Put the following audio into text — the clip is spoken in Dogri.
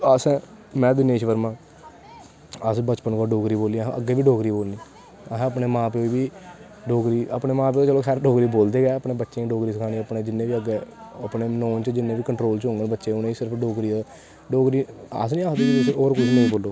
एस में दिनेश वर्मा असैं बचपन कोला डोगरी बोली असैं अग्गैं बी डोगरी बोलनी असैं अपनें मां प्यो दी अपने मां प्यो ते खैर डोगरी बोलदे गै बच्चें गीडोगरी सखानी अग्गैं जिन्ने बी होगे अपनें नोट च जिन्ने बी अपने कंट्रोल च उनें सिर्फ डोगरी अस नी आखदे कि तुस होर किश नी बोलो